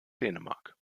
dänemark